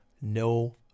no